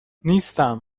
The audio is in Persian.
نیستم